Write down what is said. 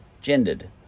gendered